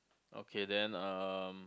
okay then um